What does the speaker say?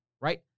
right